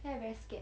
then I very scared